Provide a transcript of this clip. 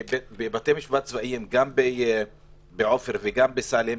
בבתי משפט צבאיים, גם בעופר וגם בסאלם,